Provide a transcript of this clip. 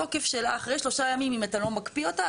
אחרי שלושה ימים אם אתה לא מקפיא אותה,